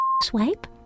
Swipe